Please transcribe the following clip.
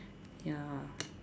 ya